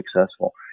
successful